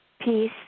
Peace